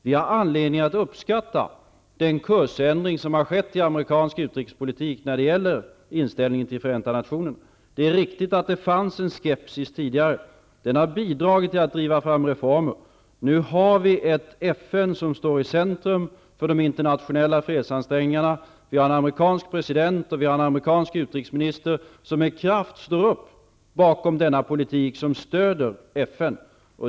Vi har anledning att uppskatta den kursändring som har skett i amerikansk utrikespolitik när det gäller inställningen till Förenta nationerna. Det är riktigt att det tidigare fanns en skepsis. Den har bidragit till att driva fram reformer. Nu har vi ett FN som står i centrum för de internationella fredsansträngningarna och en amerikansk president och utrikesminister som med kraft ställer sig bakom en politik som stöder FN.